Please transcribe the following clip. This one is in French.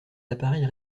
appareils